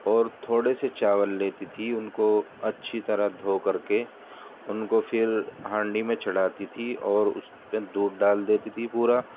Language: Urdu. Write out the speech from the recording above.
اور تھوڑے سے چاول لیتی تھی ان کو اچھی طرح دھو کر کے ان کو پھر ہانڈی میں چڑھاتی تھی اور اس میں دودھ ڈال دیتی تھی پورا